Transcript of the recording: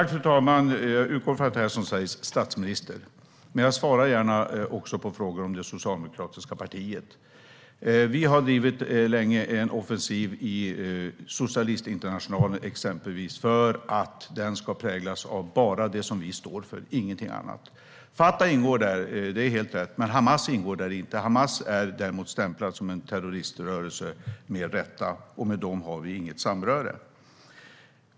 Fru talman! Jag utgår från att jag svarar som statsminister, men jag svarar gärna på frågor också om det socialdemokratiska partiet. Vi har länge drivit en offensiv i Socialistinternationalen, exempelvis för att den ska präglas enbart av det som vi står för och ingenting annat. Fatah ingår där; det är helt rätt. Men Hamas ingår där inte. Hamas är däremot stämplad som en terroriströrelse, med rätta, och med den har vi inget samröre.